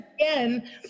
again